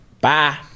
Bye